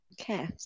Okay